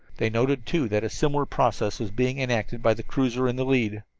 they noted, too, that a similar process was being enacted by the cruiser in the lead.